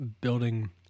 building